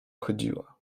chodziła